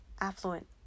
Affluent